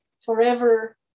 forever